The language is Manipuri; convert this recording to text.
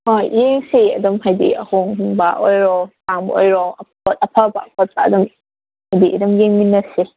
ꯍꯣꯏ ꯌꯦꯡꯁꯦ ꯑꯗꯨꯝ ꯍꯥꯏꯕꯗꯤ ꯑꯍꯣꯡ ꯑꯍꯣꯡꯕ ꯑꯣꯏꯔꯣ ꯑꯇꯥꯡꯕ ꯑꯣꯏꯔꯣ ꯄꯣꯠ ꯑꯐꯕ ꯈꯣꯠꯄ ꯑꯗꯨꯝ ꯍꯥꯏꯕꯗꯤ ꯑꯗꯨꯝ ꯌꯦꯡꯃꯤꯟꯅꯁꯦ